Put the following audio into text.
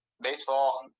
baseball